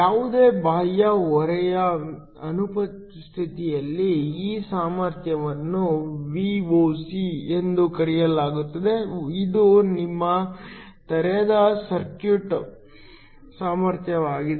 ಯಾವುದೇ ಬಾಹ್ಯ ಹೊರೆಯ ಅನುಪಸ್ಥಿತಿಯಲ್ಲಿ ಈ ಸಾಮರ್ಥ್ಯವನ್ನು Voc ಎಂದು ಕರೆಯಲಾಗುತ್ತದೆ ಇದು ನಿಮ್ಮ ತೆರೆದ ಸರ್ಕ್ಯೂಟ್ ಸಾಮರ್ಥ್ಯವಾಗಿದೆ